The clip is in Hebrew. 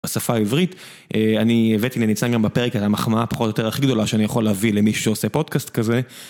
בשפה העברית אני הבאתי לניצן גם בפרק, המחמאה פחות או יותר הכי גדולה שאני יכול להביא למישהו שעושה פודקאסט כזה.